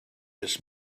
this